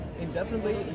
Indefinitely